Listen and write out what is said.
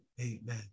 Amen